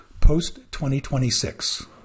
post-2026